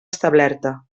establerta